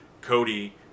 Cody